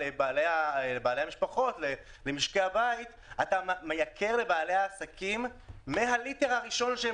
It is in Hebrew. למשקי הבית אתה מייקר לבעלי העסקים מהליטר הראשון שהם